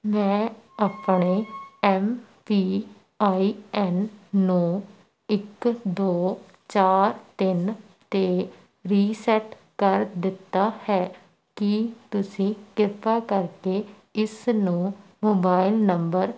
ਮੈਂ ਆਪਣੇ M P I N ਨੂੰ ਇੱਕ ਦੋ ਚਾਰ ਤਿੰਨ 'ਤੇ ਰੀਸੈਟ ਕਰ ਦਿੱਤਾ ਹੈ ਕੀ ਤੁਸੀਂ ਕਿਰਪਾ ਕਰਕੇ ਇਸ ਨੂੰ ਮੋਬਾਈਲ ਨੰਬਰ